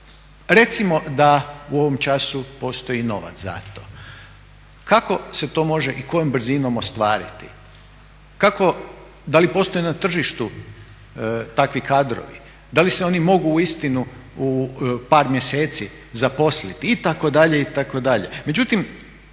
Recimo da u ovom času postoji novac za to. Kako se to može i kojom brzinom ostvariti? Kako, da li postoje na tržištu takvi kadrovi, da li se oni mogu uistinu u par mjeseci zaposliti, itd., itd.